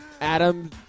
Adam